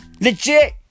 Legit